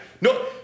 No